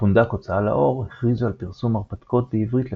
הפונדק הוצאה לאור הכריזו על פרסום הרפתקאות בעברית ל-Pathfinder,